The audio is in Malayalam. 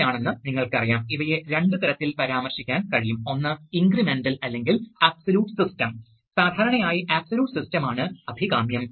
ഉദാഹരണത്തിന് നിങ്ങൾക്ക് ഒരു സാധാരണ സോളിനോയിഡ് വാൽവ് അറിയാം അത് നേരിട്ട് ഒരു സോളിനോയിഡ് വാൽവിലേക്ക് കറന്റ് നയിക്കാൻ കഴിയും അത് സ്പൂളിനെ വലിക്കുകയും ചെയ്യും